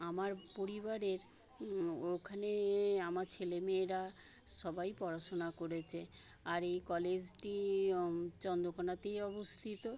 আমার পরিবারের ও ওখানে আমার ছেলেমেয়েরা সবাই পড়াশুনা করেছে আর এই কলেজটি চন্দ্রকোনাতেই অবস্থিত